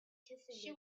she